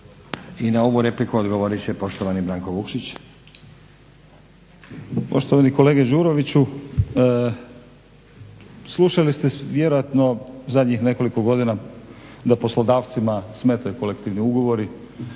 Branko (Hrvatski laburisti - Stranka rada)** Poštovani kolega Đuroviću slušali ste vjerojatno zadnjih nekoliko godina da poslodavcima smetaju kolektivni ugovori